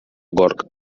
gorg